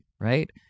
right